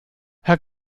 herr